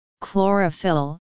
chlorophyll